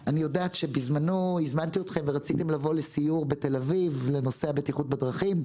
בזמנו הזמנתי אתכם ורציתם לבוא לסיור בתל אביב בנושא הבטיחות בדרכים.